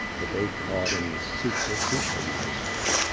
but they called him the super-duper maestro.